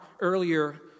earlier